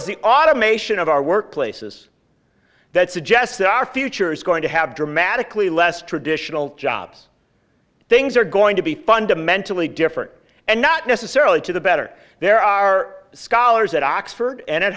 as the automation of our workplaces that suggests that our future is going to have dramatically less traditional jobs things are going to be fundamentally different and not necessarily to the better there are scholars at oxford and at